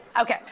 Okay